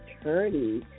attorney